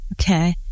Okay